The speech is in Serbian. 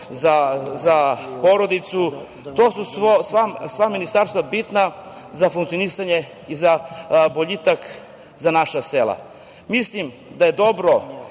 za porodicu, to su sva ministarstva bitna za funkcionisanje i za boljitak za naša sela. Mislim da je dobro